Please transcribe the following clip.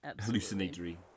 hallucinatory